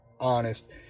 honest